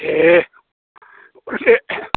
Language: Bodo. दे एसे